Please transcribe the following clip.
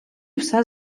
все